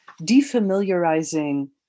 defamiliarizing